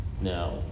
Now